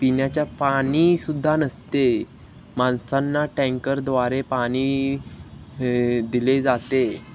पिण्याच्या पाणी सुद्धा नसते माणसांना टँकरद्वारे पाणी हे दिले जाते